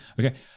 Okay